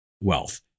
wealth